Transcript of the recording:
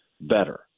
better